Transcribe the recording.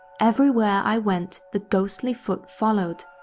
everywhere i went, the ghostly foot followed.